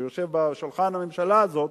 שיושב ליד שולחן הממשלה הזאת.